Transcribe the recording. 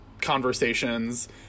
conversations